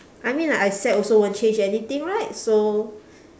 I mean like I sad also won't change anything right so